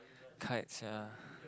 kites ya